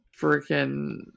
freaking